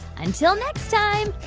until next time,